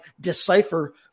decipher